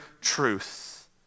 truth